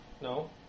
No